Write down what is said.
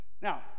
Now